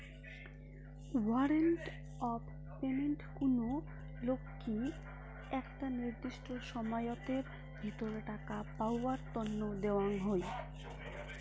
warrant of payment কুনো লোককি একটা নির্দিষ্ট সময়াতের ভিতর টাকা পাওয়ার তন্ন দেওয়াঙ হই